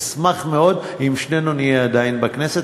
אשמח מאוד אם שנינו נהיה עדיין בכנסת.